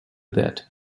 that